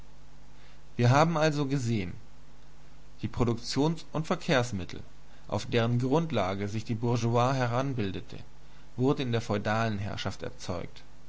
wir haben also gesehen die produktions und verkehrsmittel auf deren grundlage sich die bourgeoisie heranbildete wurden in der feudalen gesellschaft erzeugt